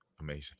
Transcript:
amazing